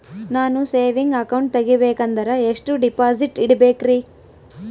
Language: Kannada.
ನಾನು ಸೇವಿಂಗ್ ಅಕೌಂಟ್ ತೆಗಿಬೇಕಂದರ ಎಷ್ಟು ಡಿಪಾಸಿಟ್ ಇಡಬೇಕ್ರಿ?